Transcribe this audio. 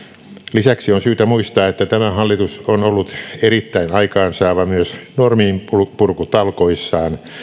lisäksi on syytä muistaa että tämä hallitus on ollut erittäin aikaansaava myös norminpurkutalkoissaan